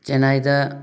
ꯆꯦꯟꯅꯥꯏꯗ